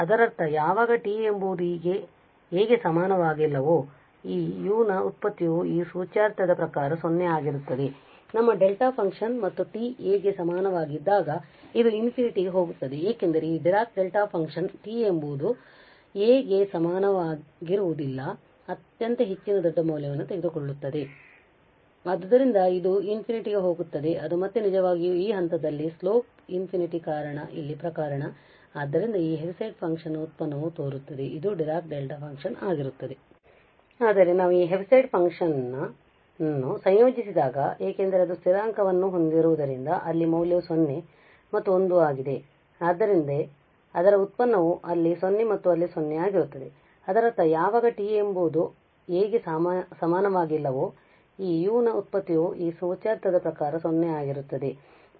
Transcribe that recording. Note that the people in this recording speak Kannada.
ಅದರರ್ಥ ಯಾವಾಗ t ಎಂಬುದು a ಗೆ ಸಮನಾಗಿಲ್ಲವೋ ಈ û ನ ವ್ಯುತ್ಪತ್ತಿಯು ಈ ಸೂಚ್ಯಾರ್ಥದ ಪ್ರಕಾರ 0 ಆಗಿರುತ್ತದೆ